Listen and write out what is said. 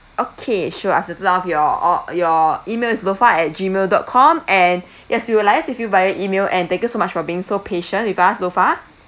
okay sure I've noted down of your all your email is lofa at gmail dot com and yes we will liaise with you via email and thank you so much for being so patient with us lofa